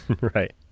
Right